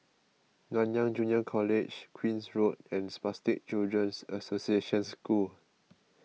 Nanyang Junior College Queen's Road and Spastic Children's Association School